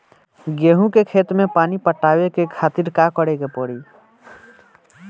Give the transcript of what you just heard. गेहूँ के खेत मे पानी पटावे के खातीर का करे के परी?